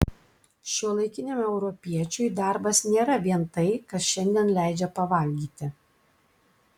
šiuolaikiniam europiečiui darbas nėra vien tai kas šiandien leidžia pavalgyti